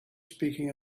speaking